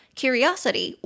curiosity